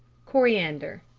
coriander,